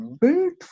built